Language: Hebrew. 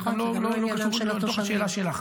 זה גם לא קשור לשאלה שלך.